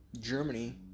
Germany